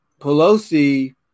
Pelosi